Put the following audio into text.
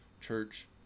church